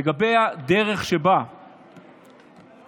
לגבי הדרך שבה משתמשים,